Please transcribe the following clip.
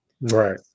right